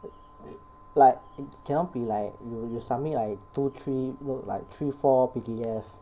like cannot be like you you submit like two three like three four P_D_F